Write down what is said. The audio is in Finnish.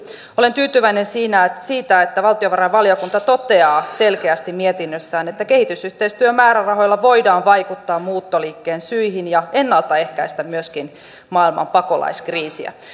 olen tyytyväinen siitä että valtiovarainvaliokunta toteaa selkeästi mietinnössään että kehitysyhteistyömäärärahoilla voidaan vaikuttaa muuttoliikkeen syihin ja ennaltaehkäistä myöskin maailman pakolaiskriisiä